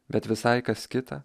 bet visai kas kita